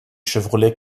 chevrolet